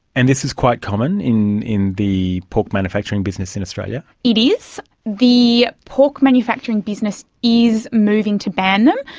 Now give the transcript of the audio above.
and this is quite common in in the pork manufacturing business in australia? it is the pork manufacturing business is moving to ban them,